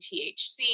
THC